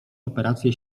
operację